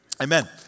amen